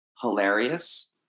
hilarious